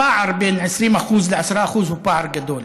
הפער בין 20% ל-10% הוא פער גדול.